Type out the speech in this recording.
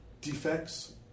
defects